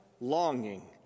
longing